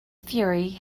fury